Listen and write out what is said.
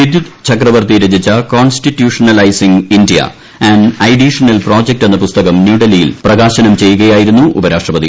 ബിദ്യുത് ചക്രവർത്തി രചിച്ച constitutionalising India an ideational project എന്ന പുസ്തകം ന്യൂഡൽഹിയിൽ പ്രകാശനം ചെയ്യുകയായിരുന്നു ഉപരാഷ്ട്രപതി